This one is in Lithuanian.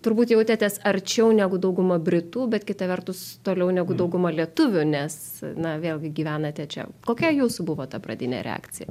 turbūt jautėtės arčiau negu dauguma britų bet kita vertus toliau negu dauguma lietuvių nes na vėlgi gyvenate čia kokia jūsų buvo ta pradinė reakcija